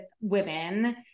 women